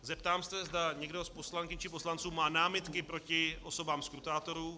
Zeptám se, zda někdo z poslankyň či poslanců má námitky proti osobám skrutátorů?